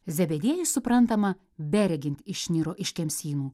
zebediejus suprantama beregint išniro iš kemsynų